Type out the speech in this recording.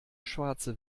schwarze